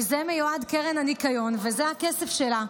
לזה מיועדת קרן הניקיון וזה הכסף שבה,